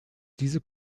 diese